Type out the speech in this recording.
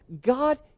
God